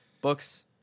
books